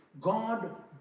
God